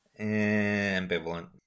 Ambivalent